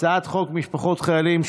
הצעת חוק הגנת הצרכן (תיקון מס' 65)